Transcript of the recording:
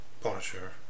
Punisher